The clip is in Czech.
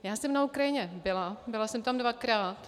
Já jsem na Ukrajině byla, byla jsem tam dvakrát.